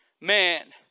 man